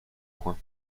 coin